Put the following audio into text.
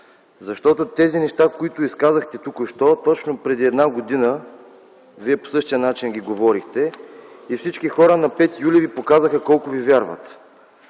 Защото тези неща, които изказахте току що, точно преди една година по същия начин ги говорихте и всички хора на 5 юли Ви показаха колко Ви вярват.